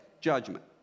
judgment